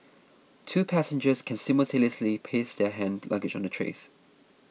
two passengers can simultaneously place their hand luggage on the trays